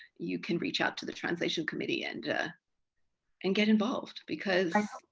you can reach out to the translation committee and and get involved because.